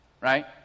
right